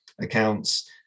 accounts